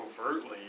overtly